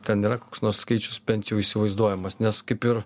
ten yra koks nors skaičius bent jau įsivaizduojamas nes kaip ir